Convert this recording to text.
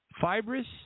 fibrous